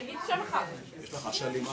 קיימנו דיונים אחרים וברור שישראל לא עומדת